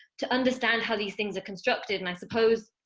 to understand how these things are constructed. and i suppose,